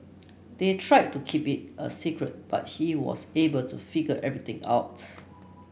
they tried to keep it a secret but he was able to figure everything out